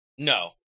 No